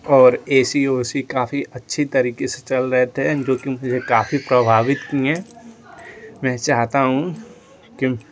और A C उ सी काफी अच्छी तरीके से चल रहे थे जो कि मुझे काफी प्रभावित किये मैं चाहता हूँ कि